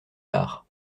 tard